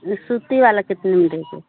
सूती वाला कितने में देंगे